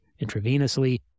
intravenously